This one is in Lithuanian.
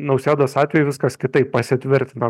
nausėdos atveju viskas kitaip pasitvirtino